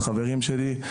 עם החברים שלי,